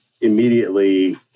immediately